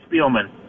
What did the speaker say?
Spielman